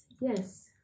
Yes